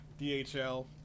DHL